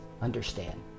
understand